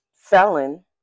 felon